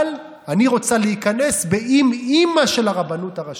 אבל אני רוצה להיכנס באימ-אימא של הרבנות הראשית.